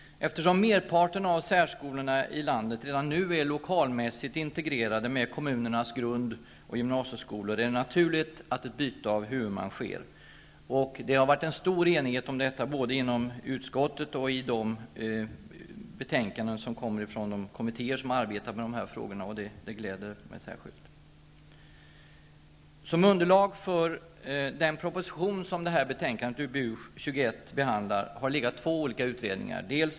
Eftersom merparten av särskolorna redan nu är lokalmässigt integrerade med kommunernas grund och gymnasieskolor är det naturligt att ett byte av huvudman sker. Det har varit en stor enighet om detta både i utskottet och i de betänkanden som kommit från de kommittér som arbetat med dessa frågor, och det gläder mig särskilt.